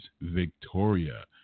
Victoria